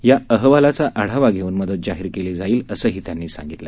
या अहवालाचा आढावा घेऊन मदत जाहीर केली जाईल असंही त्यांनी सांगितलं